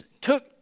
took